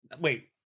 wait